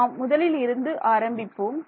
நாம் முதலில் இருந்து ஆரம்பிப்போம்